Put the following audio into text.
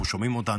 אנחנו שומעים אותן,